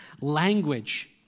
language